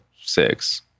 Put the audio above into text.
six